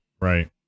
Right